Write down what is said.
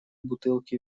бутылки